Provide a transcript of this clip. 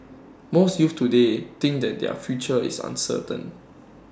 most youths today think that their future is uncertain